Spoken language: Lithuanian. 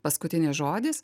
paskutinis žodis